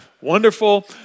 wonderful